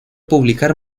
publicar